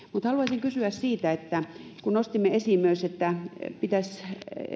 haluaisin kysyä kun nostimme esiin myös että pitäisi